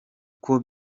uko